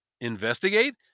investigate